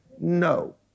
No